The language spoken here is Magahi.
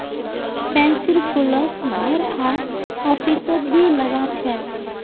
पैन्सीर फूलक घर आर ऑफिसत भी लगा छे